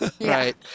right